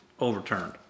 overturned